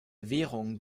währung